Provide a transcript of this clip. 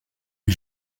est